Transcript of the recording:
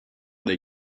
dei